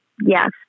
Yes